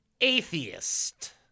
atheist